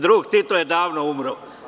Drug Tito je odavno umro.